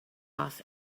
off